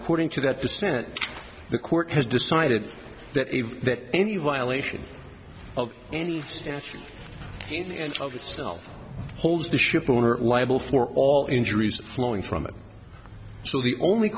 according to that dissent the court has decided that that any violation of any statute of itself holds the shipowner liable for all injuries flowing from it so the only